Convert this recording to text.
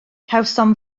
cawsom